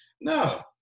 no